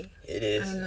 it is